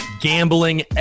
gambling